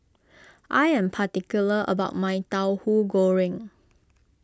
I am particular about my Tauhu Goreng